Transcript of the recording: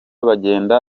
bagenda